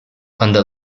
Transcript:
under